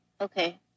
Okay